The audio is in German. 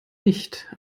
nicht